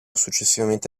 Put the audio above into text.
successivamente